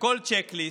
בכל צ'ק ליסט,